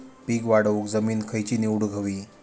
पीक वाढवूक जमीन खैची निवडुक हवी?